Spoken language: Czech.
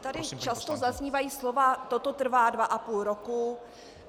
Tady často zaznívají slova: Toto trvá dvaapůl roku,